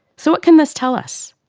so, what can this tell us?